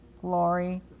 Glory